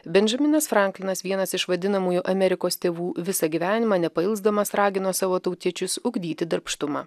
bendžaminas franklinas vienas iš vadinamųjų amerikos tėvų visą gyvenimą nepailsdamas ragino savo tautiečius ugdyti darbštumą